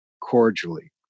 cordially